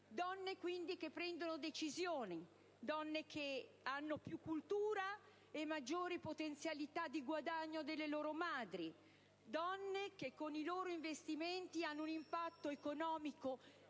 donne che prendono decisioni, donne che hanno anche più cultura e maggiori potenzialità di guadagno delle loro madri, donne che con i loro investimenti hanno un impatto economico